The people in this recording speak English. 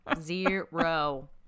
Zero